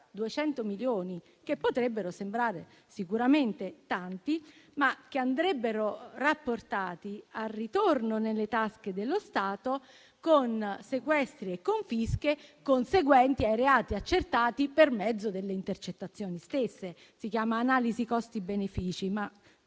200 milioni, che potrebbero sembrare sicuramente tanti, ma che andrebbero rapportati al ritorno nelle tasche dello Stato con sequestri e confische conseguenti ai reati accertati per mezzo delle intercettazioni stesse. Si chiama analisi costi-benefici, ma